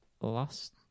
last